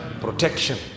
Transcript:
protection